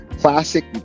classic